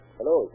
Hello